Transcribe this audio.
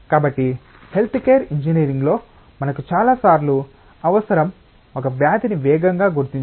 కాబట్టి health care ఇంజనీరింగ్లో మనకు చాలా సార్లు అవసరం ఒక వ్యాధిని వేగంగా గుర్తించడం